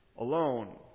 alone